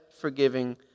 forgiving